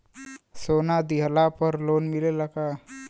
सोना दिहला पर लोन मिलेला का?